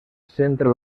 centra